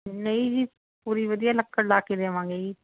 ਨਹੀਂ ਜੀ ਪੂਰੀ ਵਧੀਆ ਲੱਕੜ ਲਾ ਕੇ ਦੇਵਾਂਗੇ ਜੀ